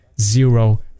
zero